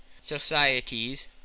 societies